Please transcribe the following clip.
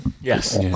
Yes